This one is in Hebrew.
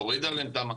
תוריד עליהם את המע"מ,